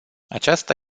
aceasta